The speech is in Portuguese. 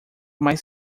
mais